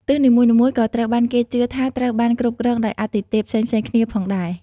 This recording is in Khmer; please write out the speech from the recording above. ទិសនីមួយៗក៏ត្រូវបានគេជឿថាត្រូវបានគ្រប់គ្រងដោយអាទិទេពផ្សេងៗគ្នាផងដែរ។